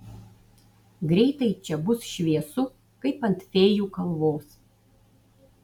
greitai čia bus šviesu kaip ant fėjų kalvos